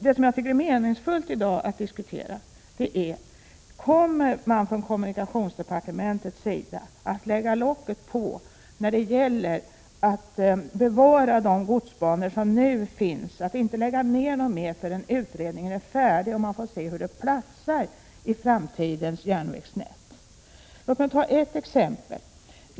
Vad som är meningsfullt att diskutera i dag är frågan: Kommer man från kommunikationsdepartementets sida att lägga locket på när det gäller att bevara de godsbanor som nu finns och inte lägga ner någon mer bana förrän utredningen är färdig och man får se hur dessa banor platsar i framtidens järnvägsnät? Låt mig ta ett exempel.